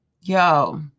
Yo